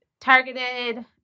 Targeted